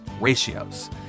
ratios